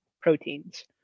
proteins